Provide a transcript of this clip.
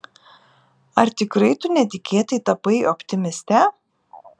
ar tikrai tu netikėtai tapai optimiste